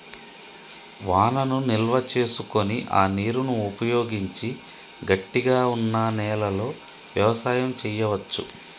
వానను నిల్వ చేసుకొని ఆ నీరును ఉపయోగించి గట్టిగ వున్నా నెలలో వ్యవసాయం చెయ్యవచు